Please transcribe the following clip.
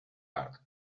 part